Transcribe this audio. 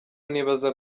nibaza